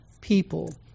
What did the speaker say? people